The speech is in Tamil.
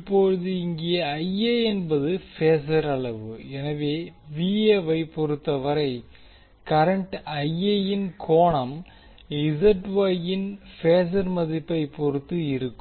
இப்போது இங்கேஎன்பது பேசர் அளவு எனவே ஐ பொறுத்தவரை கரண்ட் இன் கோணம் இன் பேசர் மதிப்பைப் பொறுத்து இருக்கும்